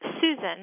Susan